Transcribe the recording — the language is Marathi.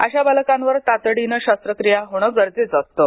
अशा बालकांवर तातडीने शास्त्रक्रिया होणं गरजेचं असतं